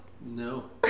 No